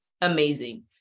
Amazing